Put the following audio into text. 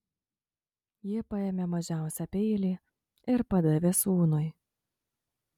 ji paėmė mažiausią peilį ir padavė sūnui